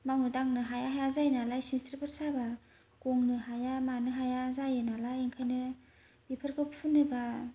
मावनो दांनो हाया हाया जायो नालाय सिंस्रिफोर साबा गंनो हाया मानो हाया जायो नालाय ओंखायनो बेफोरखौ फुनोबा